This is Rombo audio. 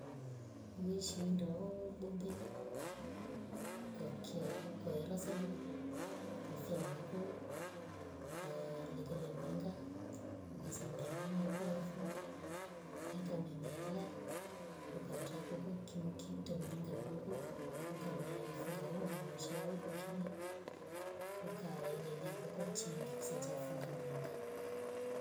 Weshind ooo bombeni kwa kia kwahara sabuni kwafia makwo. kwa lekelya mringa ukasambia kwamakwowafu eka memela. ukatakoko kimokito mringa doko ukamefunga hondungusha yaoko kimi. ukaelelilya kwakotingie kisa chafunga mringa.